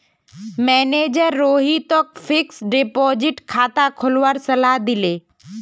manager रोहितक fixed deposit खाता खोलवार सलाह दिले